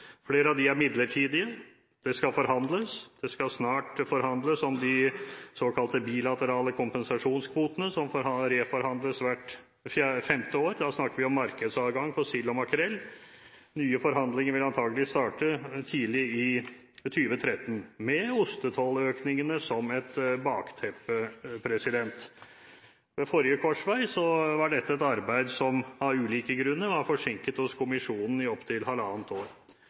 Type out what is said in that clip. Flere av dem er midlertidige. Det skal forhandles, det skal snart forhandles om de såkalte bilaterale kompensasjonskvotene som reforhandles hvert femte år. Da snakker vi om markedsadgang for sild og makrell. Nye forhandlinger vil antakeligvis starte tidlig i 2013 med ostetolløkningene som et bakteppe. Ved forrige korsvei var dette et arbeid som av ulike grunner var forsinket hos kommisjonen i opp til halvannet år.